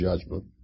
judgment